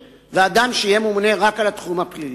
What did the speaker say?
ואדם שיהיה ממונה רק על התחום הפלילי.